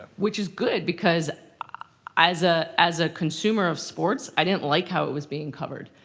which is good, because as ah as a consumer of sports, i didn't like how it was being covered.